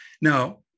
Now